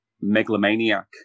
megalomaniac